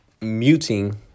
muting